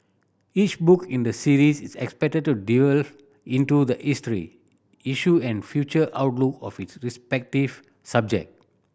each book in the series is expected to delve into the history issue and future outlook of its respective subject